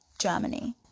germany